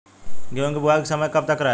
गेहूँ के बुवाई के समय कब तक रहेला?